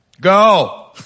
go